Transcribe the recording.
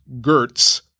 Gertz